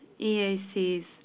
EAC's